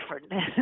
different